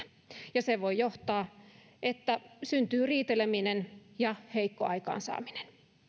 ja se voi johtaa siihen että syntyy riiteleminen ja heikko aikaansaaminen